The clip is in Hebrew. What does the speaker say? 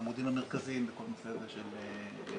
העמודים המרכזיים בכל הנושא הזה של השקיפות.